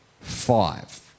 five